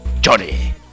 Johnny